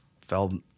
fell